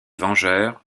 vengeurs